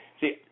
See